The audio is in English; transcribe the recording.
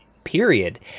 period